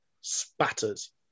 spatters